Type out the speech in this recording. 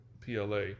PLA